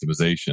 optimization